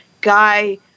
Guy